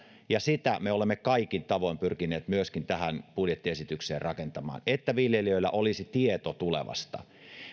ja sitä me olemme kaikin tavoin pyrkineet myöskin tähän budjettiesitykseen rakentamaan että viljelijöillä olisi tieto tulevasta